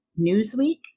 Newsweek